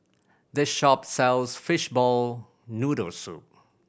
this shop sells fishball noodle soup